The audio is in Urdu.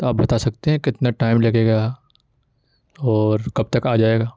تو آپ بتا سکتے ہیں کتنا ٹائم لگے گا اور کب تک آ جائے گا